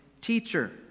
Teacher